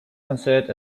considered